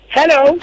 Hello